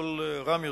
בקול רם יותר.